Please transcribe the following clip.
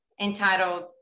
entitled